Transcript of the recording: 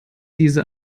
diese